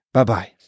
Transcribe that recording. Bye-bye